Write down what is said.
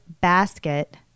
basket